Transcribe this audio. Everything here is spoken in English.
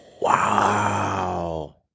wow